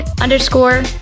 underscore